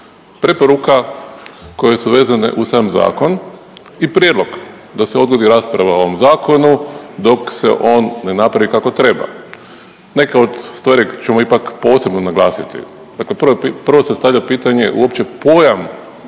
preporuka koje su vezane uz sam zakon i prijedlog da se odgodi rasprava o ovom zakonu dok se on ne napravi kako treba. Neke od stvari ćemo ipak posebno naglasiti. Dakle, prvo se stavlja pitanje uopće pojam